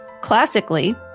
Classically